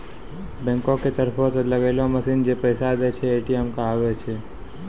बैंको के तरफो से लगैलो मशीन जै पैसा दै छै, ए.टी.एम कहाबै छै